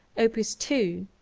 opus two.